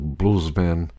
bluesman